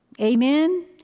Amen